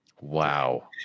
wow